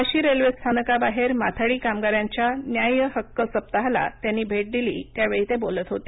Vashi railway स्थानकाबाहेर माथाडी कामगारांच्या न्याय हक्क सप्ताहाला त्यांनी भेट दिली त्यावेळी ते बोलत होते